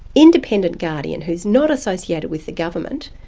independent guardian who's not associated with the government,